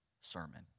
sermon